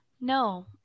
no